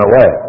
away